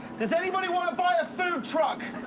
does anybody want to boy a food truck?